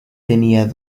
tenía